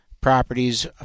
properties